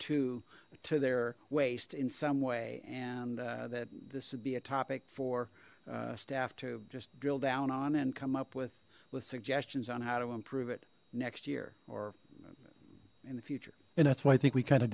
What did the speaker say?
to to their waste in some way and that this would be a topic for staff to just drill down on and come up with with suggestions on how to improve it next year or in the future and that's why i think we kind